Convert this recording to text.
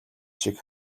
шиг